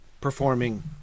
performing